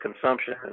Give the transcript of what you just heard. consumption